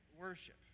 worship